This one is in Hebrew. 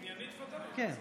עניינית, בוודאי,